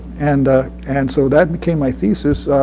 and ah and so that became my thesis.